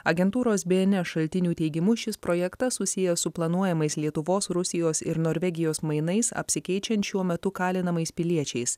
agentūros bns šaltinių teigimu šis projektas susijęs su planuojamais lietuvos rusijos ir norvegijos mainais apsikeičiant šiuo metu kalinamais piliečiais